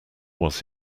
was